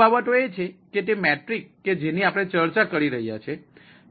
તેથી અન્ય બાબતો એ છે તે મેટ્રિક કે જેની આપણે ચર્ચા કરી રહ્યા છીએ